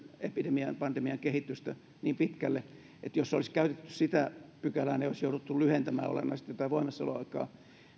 epidemian pandemian kehitystä niin pitkälle eli jos olisi käytetty sitä pykälää niin olisi jouduttu lyhentämään olennaisesti tätä voimassaoloaikaa